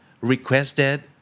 requested